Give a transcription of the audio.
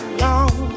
long